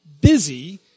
busy